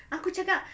aku cakap